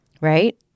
right